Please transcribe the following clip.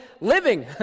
living